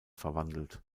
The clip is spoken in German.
verwandelt